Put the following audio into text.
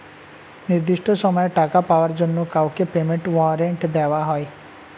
নির্দিষ্ট সময়ে টাকা পাওয়ার জন্য কাউকে পেমেন্ট ওয়ারেন্ট দেওয়া হয়